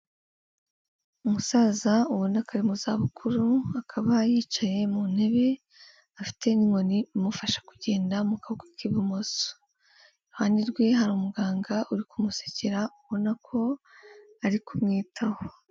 Umusaza ubona ko ari mu zabukuru akaba yicaye mu ntebe afite n'inkoni imufasha kugenda mu kaboko k'ibumoso, iruhande rwe hari umuganga uri kumusekera ubona ko ari kumwitaho.